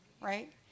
right